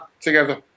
together